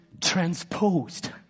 transposed